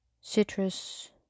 citrus